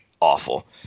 awful